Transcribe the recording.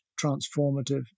transformative